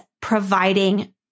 providing